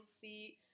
see